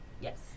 Yes